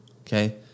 Okay